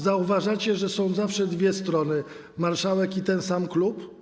Zauważacie, że są zawsze dwie strony: marszałek i ten sam klub?